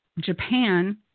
Japan